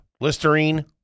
Listerine